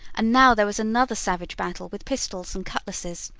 and now there was another savage battle with pistols and cutlasses.